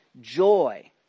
joy